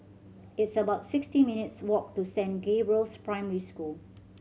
it's about sixty minutes' walk to Saint Gabriel's Primary School